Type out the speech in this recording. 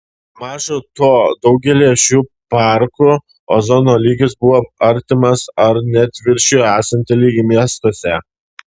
maža to daugelyje šių parkų ozono lygis buvo artimas ar net viršijo esantį lygį miestuose